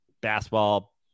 basketball